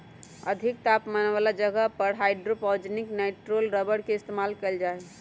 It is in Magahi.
अधिक तापमान वाला जगह पर हाइड्रोजनीकृत नाइट्राइल रबर के इस्तेमाल कइल जा हई